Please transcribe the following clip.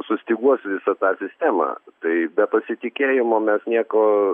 sustyguos visą tą sistemą tai be pasitikėjimo mes nieko